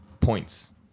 Points